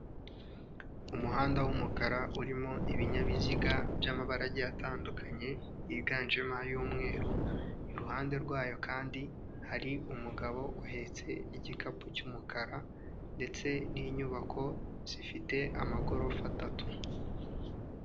Umuhanda w'umukara urimo ibinyabiziga by'amabara agiye atandukanye yiganjemo ay'umweru, iruhande rwayo kandi hari umugabo uhetse igikapu cy'umukara ndetse n'inyubako zifite amagorofa atatu.